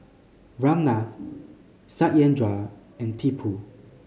Ramnath Satyendra and Tipu